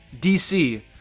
DC